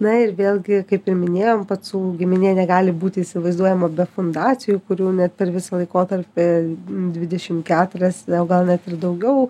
na ir vėlgi kaip ir minėjom pacų giminė negali būti įsivaizduojama be fundacijų kurių net per visą laikotarpį dvidešim keturias gal net ir daugiau